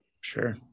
sure